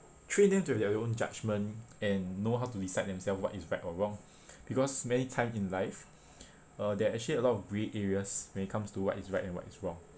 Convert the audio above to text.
train them to have their own judgment and know how to decide themself what is right or wrong because many time in life uh there are actually a lot of grey areas when it comes to what is right and what is wrong